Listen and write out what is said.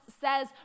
says